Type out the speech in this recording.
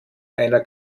einer